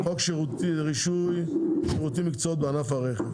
96. תיקון חוק רישוי שירותים ומקצועות בענף הרכב.